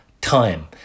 time